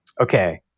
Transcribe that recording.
Okay